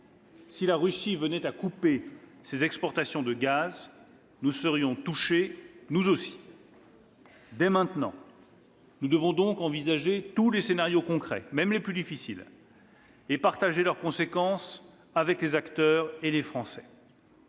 Si la Russie venait à couper ses exportations de gaz, nous serions touchés, nous aussi. « Dès maintenant, nous devons donc envisager tous les scénarios concrets, même les plus difficiles, et partager leurs conséquences avec les acteurs et les Français.